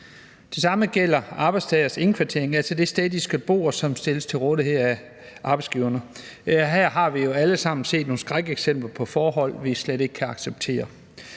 Det samme gælder arbejdstageres indkvartering, altså det sted, de skal bo, og som stilles til rådighed af arbejdsgiverne. Her har vi jo alle sammen set nogle skrækeksempler på forhold, vi slet ikke kan acceptere.